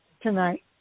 tonight